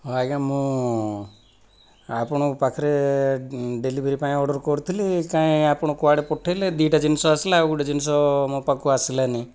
ହଁ ଆଜ୍ଞା ମୁଁ ଆପଣଙ୍କ ପାଖରେ ଡେଲିଭରି ପାଇଁ ଅର୍ଡ଼ର କରିଥିଲି କାଇଁ ଆପଣ କୁଆଡ଼େ ପଠେଇଲେ ଦୁଇଟା ଜିନିଷ ଆସିଲା ଆଉ ଗୋଟିଏ ଜିନିଷ ମୋ ପାଖକୁ ଆସିଲାନି